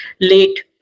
late